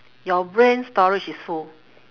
your brain storage is full